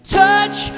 touch